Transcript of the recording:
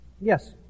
Yes